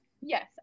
yes